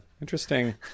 interesting